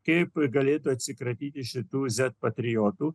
kaip galėtų atsikratyti šitų patriotų